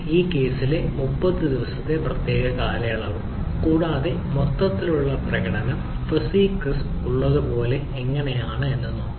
ഈ കേസിലെ 30 ദിവസത്തെ പ്രത്യേക കാലയളവ് കൂടാതെ മൊത്തത്തിലുള്ള പ്രകടനം ഫസി ക്രിസ്പ് ഉള്ളതുപോലെ എങ്ങനെയാണ് എന്ന് നോക്കാം